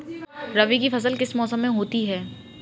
रबी की फसल किस मौसम में होती है?